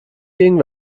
ging